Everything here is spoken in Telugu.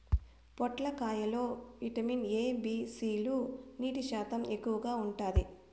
పొట్లకాయ లో విటమిన్ ఎ, బి, సి లు, నీటి శాతం ఎక్కువగా ఉంటాది